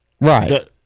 Right